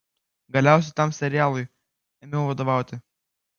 galiausiai tam serialui ėmiau vadovauti